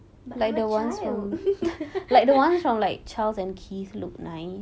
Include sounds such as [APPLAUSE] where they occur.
but I'm a child [LAUGHS]